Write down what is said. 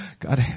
God